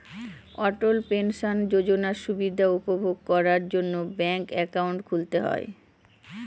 অটল pension যোজনার সুবিধা উপভোগ করার জন্য ব্যাঙ্ক একাউন্ট খুলতে হয়